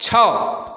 छः